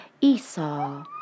Esau